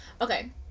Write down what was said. okay